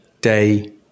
day